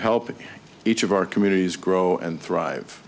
help each of our communities grow and thrive